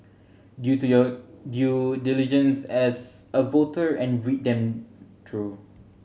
due to your due diligence as a voter and read them through